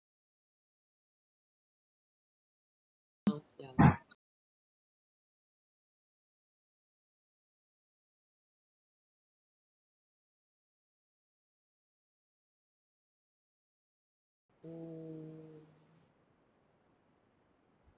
oh ya mm